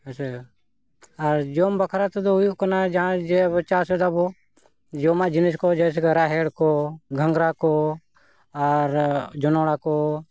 ᱦᱮᱸᱥᱮ ᱟᱨ ᱡᱚᱢ ᱵᱟᱠᱷᱨᱟ ᱛᱮᱫᱚ ᱦᱩᱭᱩᱜ ᱠᱟᱱᱟ ᱡᱟᱦᱟᱸᱭ ᱡᱮ ᱟᱵᱚ ᱪᱟᱥ ᱮᱫᱟᱵᱚᱱ ᱡᱚᱢᱟᱜ ᱡᱤᱱᱤᱥ ᱠᱚ ᱡᱮᱭᱥᱮ ᱠᱮ ᱨᱟᱦᱮᱲ ᱠᱚ ᱜᱷᱟᱝᱨᱟ ᱠᱚ ᱟᱨ ᱡᱚᱸᱰᱨᱟ ᱠᱚ